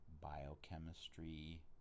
biochemistry